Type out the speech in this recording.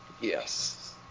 Yes